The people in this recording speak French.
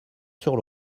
sur